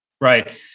Right